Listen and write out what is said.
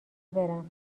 برم